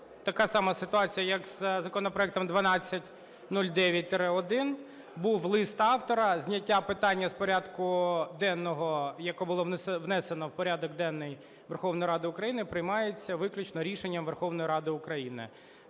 така сама ситуація як із законопроектом 1209-1. Був лист автора. Зняття питання з порядку денного, який було внесено в порядок денний Верховної Ради України, приймається виключно рішенням Верховної Ради України.